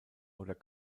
oder